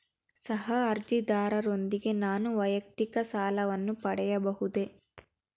ಸಹ ಅರ್ಜಿದಾರರೊಂದಿಗೆ ನಾನು ವೈಯಕ್ತಿಕ ಸಾಲವನ್ನು ಪಡೆಯಬಹುದೇ?